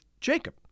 Jacob